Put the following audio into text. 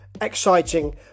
exciting